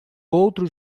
outro